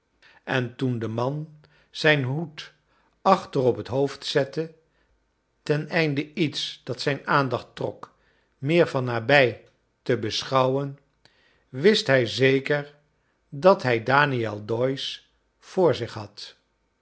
en toen de man zijn hoed achter op het hoofd zette ten einde iets dat zijn aandacht trok meer van nabij te beschouwem wist hij zeker dat hij daniel doyoe voor zich had